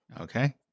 Okay